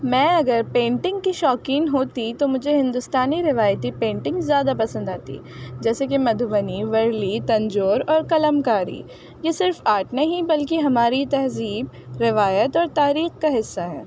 میں اگر پینٹنگ کی شوقین ہوتی تو مجھے ہندوستانی روایتی پینٹنگ زیادہ پسند آتی جیسے کہ مدھوبنی ورلی تنجور اور قلم کاری یہ صرف آرٹ نہیں ہی بلکہ ہماری تہذیب روایت اور تاریخ کا حصہ ہے